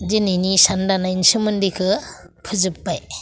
दिनैनि इसान दानायनि सोमोन्दैखौ फोजोब्बाय